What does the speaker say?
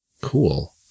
cool